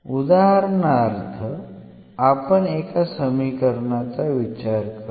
उदाहरणार्थ आपण एका समीकरणाचा विचार करू